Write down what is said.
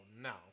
now